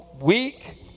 weak